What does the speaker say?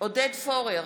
עודד פורר,